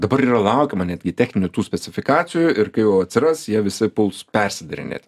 dabar yra laukiama netgi techninių tų specifikacijų ir kai jau atsiras jie visi puls persidarinėt